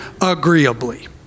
agreeably